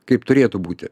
kaip turėtų būti